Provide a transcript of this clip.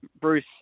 Bruce